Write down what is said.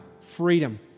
freedom